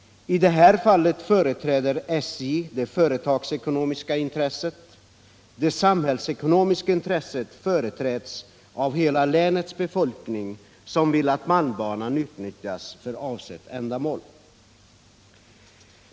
I det här fallet företräder SJ det företagsekonomiska intresset. Det samhällsekonomiska intresset företräds av hela länets befolkning, som vill att malmbanan utnyttjas för avsett ändamål.